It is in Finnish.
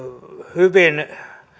hyvin